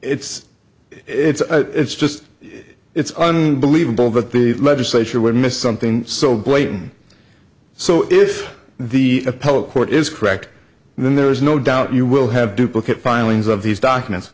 it's it's it's just it's unbelievable that the legislature would miss something so blatant so if the a poll court is correct then there is no doubt you will have duplicate filings of these documents